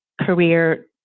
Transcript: career